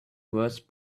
words